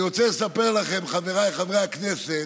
אני רוצה לספר לכם, חבריי חברי הכנסת,